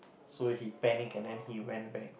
so he panic and then he went back